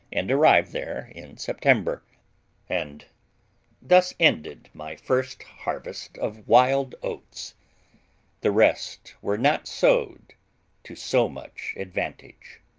and arrived there in september and thus ended my first harvest of wild oats the rest were not sowed to so much advantage.